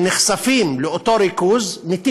שנחשפים לאותו ריכוז, מתים.